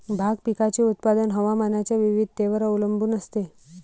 भाग पिकाचे उत्पादन हवामानाच्या विविधतेवर अवलंबून असते